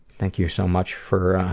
thank you so much for